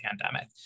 pandemic